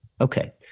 Okay